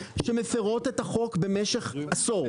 רשויות מקומיות שמפרות את החוק במשך עשור.